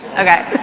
okay.